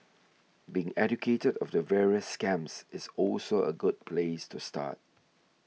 being educated of the various scams is also a good place to start